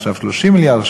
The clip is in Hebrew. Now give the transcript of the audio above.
עכשיו 30 מיליארד,